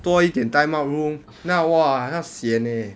多一点 time out room 那 !wah! 那 sian eh